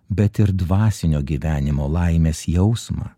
bet ir dvasinio gyvenimo laimės jausmą